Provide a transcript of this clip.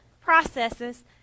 processes